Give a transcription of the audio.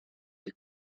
che